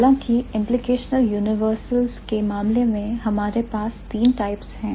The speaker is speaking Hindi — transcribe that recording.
हालांकि implicational universals के मामले में हमारे पास 3 टाइप्स है